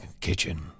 kitchen